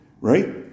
Right